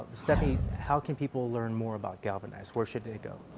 stephanie, how can people learn more about galvanize? where should they go?